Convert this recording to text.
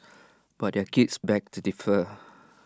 but their kids beg to differ